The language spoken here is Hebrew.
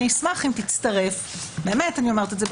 אני אשמח אם תצטרף באמת אני אומרת את זה,